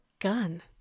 gun